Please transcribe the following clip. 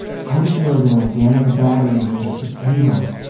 how to build an organic battery made of potatoes.